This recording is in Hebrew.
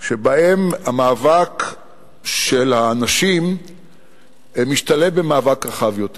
שבהם המאבק של הנשים משתלב במאבק רחב יותר.